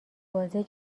بازی